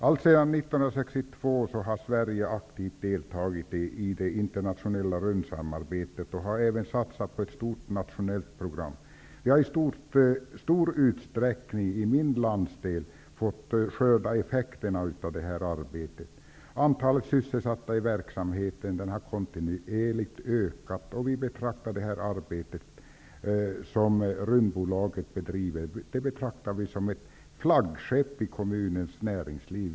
Alltsedan 1962 har Sverige aktivt deltagit i det internationella rymdsamarbetet och även satsat på ett stort nationellt program. Vi har i min landsdel i stor utsträckning fått skörda effekterna av detta arbete. Antalet sysselsatta i verksamheten har kontinuerligt ökat och vi betraktar det arbete som Rymdbolaget bedriver som ett flaggskepp i kommunens näringsliv.